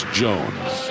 jones